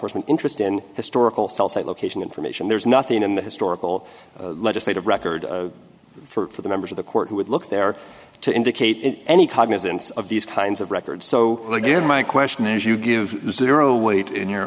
enforcement interest in historical site location information there's nothing in the historical legislative record for the members of the court who would look there to indicate any cognizance of these kinds of records so again my question is you give zero weight in your